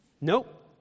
Nope